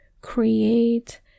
create